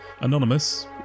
Anonymous